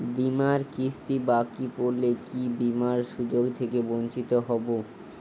বিমার কিস্তি বাকি পড়লে কি বিমার সুযোগ থেকে বঞ্চিত হবো?